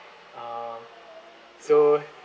uh so